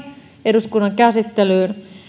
eduskunnan käsittelyyn